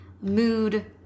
Mood